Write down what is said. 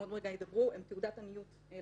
עוד מעט ידברו הם תעודת עניות לכנסת.